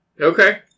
Okay